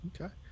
Okay